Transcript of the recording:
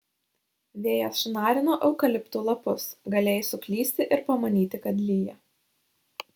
vėjas šnarino eukaliptų lapus galėjai suklysti ir pamanyti kad lyja